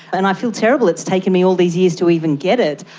and i feel terrible, it's taken me all these years to even get it.